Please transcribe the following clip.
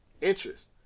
interest